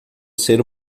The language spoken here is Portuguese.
ser